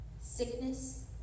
sickness